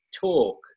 talk